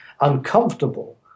uncomfortable